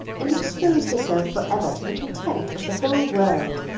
and exposed herself for ever to the contempt of the whole world,